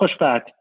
pushback